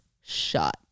shot